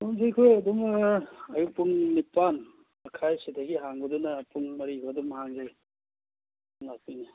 ꯑꯗꯨꯗꯤ ꯑꯩꯈꯣꯏ ꯑꯗꯨꯝ ꯑꯌꯨꯛ ꯄꯨꯡ ꯅꯤꯄꯥꯜ ꯃꯈꯥꯏ ꯁꯤꯗꯒꯤ ꯍꯥꯡꯕꯗꯨꯅ ꯄꯨꯡ ꯃꯔꯤ ꯐꯥꯎ ꯑꯗꯨꯝ ꯍꯥꯡꯖꯩ ꯂꯥꯛꯄꯤꯌꯨ